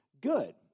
good